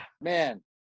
Man